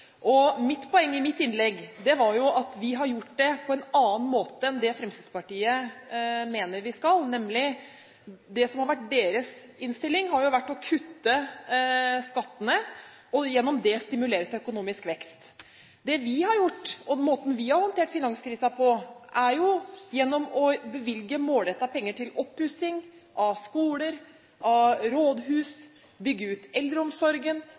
Mitt poeng i mitt innlegg var at vi har gjort det på en annen måte enn det Fremskrittspartiet mener vi skal. Deres innstilling har jo vært å kutte skattene og gjennom det stimulere til økonomisk vekst. Det vi har gjort, og måten vi har håndtert finanskrisen på, er å bevilge målrettet penger til oppussing av skoler og av rådhus, bygge ut eldreomsorgen,